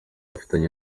afitanye